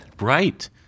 Right